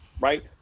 Right